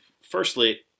Firstly